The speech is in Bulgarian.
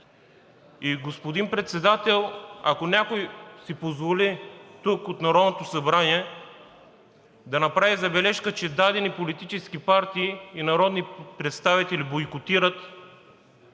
Господин Председател, ако някой си позволи от Народното събрание да направи забележка, че дадени политически партии и народни представители бойкотират